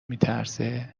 میترسه